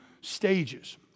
stages